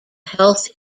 health